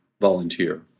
volunteer